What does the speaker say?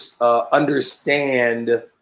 understand